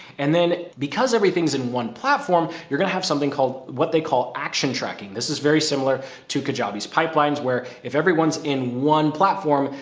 and then because everything's in one platform, you're going to have something what they call action tracking. this is very similar to kajabi pipelines, where if everyone's in one platform,